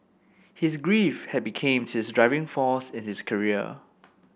his grief had become his driving force in his career